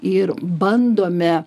ir bandome